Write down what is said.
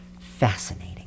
Fascinating